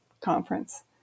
conference